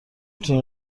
تونی